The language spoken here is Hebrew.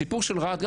הסיפור של רהט,